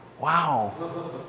Wow